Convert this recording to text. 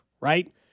right